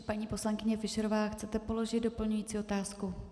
Paní poslankyně Fischerová, chcete položit doplňující otázku?